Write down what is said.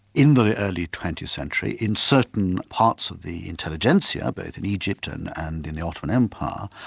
in the early twentieth century, in certain parts of the intelligentsia, both in egypt and and in the ottoman empire,